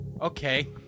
Okay